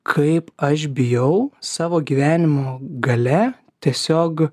kaip aš bijau savo gyvenimo gale tiesiog